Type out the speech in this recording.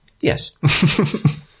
yes